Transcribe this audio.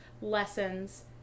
lessons